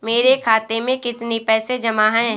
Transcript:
मेरे खाता में कितनी पैसे जमा हैं?